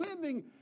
living